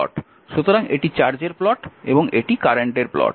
সুতরাং এটি চার্জের প্লট এবং এটি কারেন্টের প্লট